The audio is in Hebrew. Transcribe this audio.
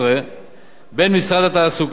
המסחר והתעסוקה לבין הסתדרות העובדים.